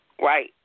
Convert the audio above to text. Right